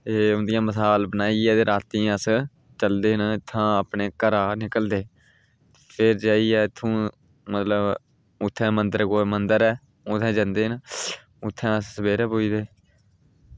ते उंदी मशाल बनाइयै ते अस चलदे न इत्थां अपने घरा निकलदे न ते जाइयै इत्थुं मतलब उत्थें मंदर ऐ उत्थें जंदे न उत्थें अस सबेरै पुजदे